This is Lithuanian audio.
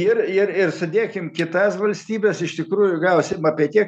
ir ir ir sudėkim kitas valstybes iš tikrųjų gausim apie tiek